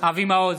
אבי מעוז,